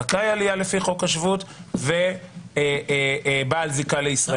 זכאי עלייה לפי חוק השבות ובעל זיקה לישראלים.